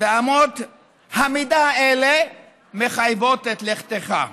אמות המידה האלה מחייבות את לכתך.